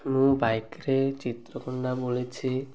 ମୁଁ ବାଇକ୍ରେ ଚିତ୍ରକୋଣ୍ଡା ବୁଲିଛି